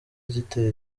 gitera